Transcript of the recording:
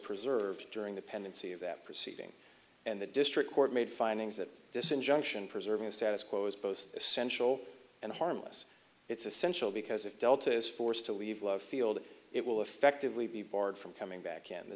preserved during the pendency of that proceeding and the district court made findings that this injunction preserving the status quo as opposed essential and harmless it's essential because if delta is forced to leave love field it will effectively be barred from coming back in the